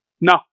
No